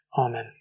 Amen